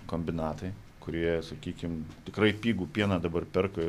kombinatai kurie sakykim tikrai pigų pieną dabar perka